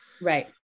Right